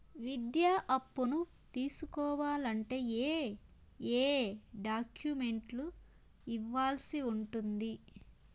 విద్యా అప్పును తీసుకోవాలంటే ఏ ఏ డాక్యుమెంట్లు ఇవ్వాల్సి ఉంటుంది